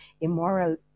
immoral